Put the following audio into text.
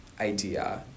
idea